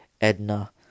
Edna